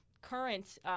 current